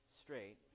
straight